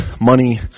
money